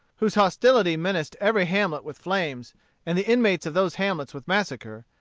whose hostility menaced every hamlet with flames and the inmates of those hamlets with massacre,